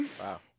Wow